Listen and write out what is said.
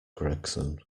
gregson